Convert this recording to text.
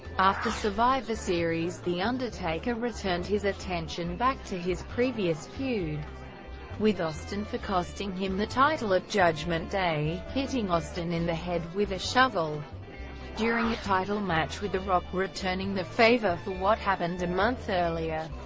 after survivor series, the undertaker returned his attention back to his previous feud with austin for costing him the title at judgment day, hitting austin in the head with a shovel during a title match with the rock, returning the favor for what happened a month earlier.